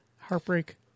heartbreak